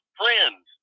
friends